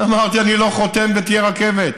אמרתי: אני לא חותם, ותהיה רכבת.